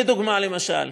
לדוגמה, למשל,